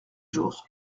jour